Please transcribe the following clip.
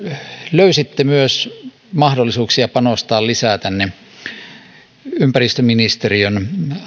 löysitte mahdollisuuksia panostaa lisää myös ympäristöministeriön